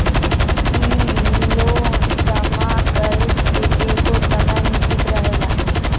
इ लोन जमा करे के एगो समय निश्चित रहेला